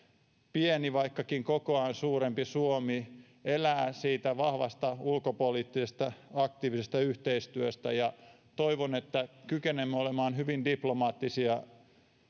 pieni vaikkakin kokoaan suurempi suomi elää vahvasta ulkopoliittisesta aktiivisesta yhteistyöstä ja toivon että kykenemme olemaan hyvin diplomaattisia